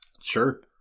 Sure